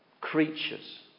creatures